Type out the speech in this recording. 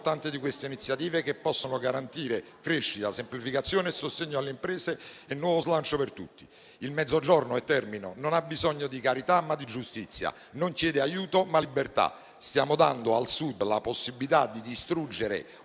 Grazie a tutti